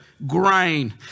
grain